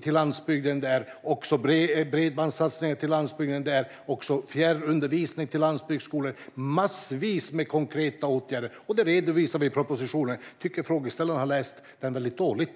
till landsbygden. Det är bredbandssatsningar till landsbygden. Det är fjärrundervisning till landsbygdsskolor. Det är massvis med konkreta åtgärder, och det redovisar vi i propositionen. Jag tycker att frågeställaren har läst propositionen väldigt dåligt.